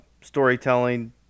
storytelling